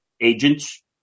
agents